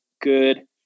good